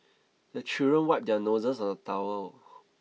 the children wipe their noses on the towel